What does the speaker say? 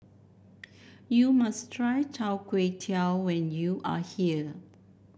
you must try Chai Tow Kway when you are here